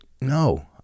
no